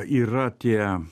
yra tie